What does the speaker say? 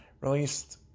released